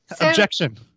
Objection